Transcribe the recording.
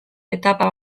etapa